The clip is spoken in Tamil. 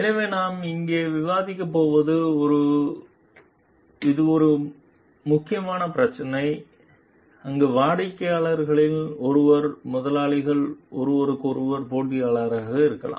எனவே நாம் இங்கே விவாதிக்கப் போவது இது மிகவும் முக்கியமான பிரச்சினை அங்கு வாடிக்கையாளர்களில் ஒருவர் முதலாளிகள் ஒருவருக்கொருவர் போட்டியாளர்களாக இருக்கலாம்